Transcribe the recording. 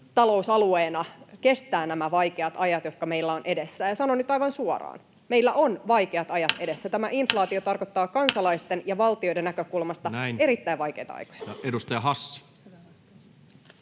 talousalueena kestää nämä vaikeat ajat, jotka meillä ovat edessä. Ja sanon nyt aivan suoraan: meillä on vaikeat ajat edessä. Tämä inflaatio tarkoittaa kansalaisten ja valtioiden näkökulmasta erittäin vaikeita aikoja. [Speech 34]